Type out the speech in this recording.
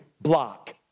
block